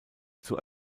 zur